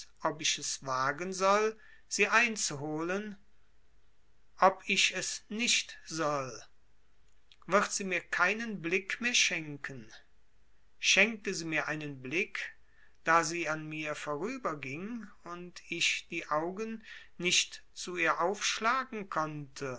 ob ich es wagen soll sie einzuholen ob ich es nicht soll wird sie mir keinen blick mehr schenken schenkte sie mir einen blick da sie an mir vorüberging und ich die augen nicht zu ihr aufschlagen konnte